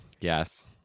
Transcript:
Yes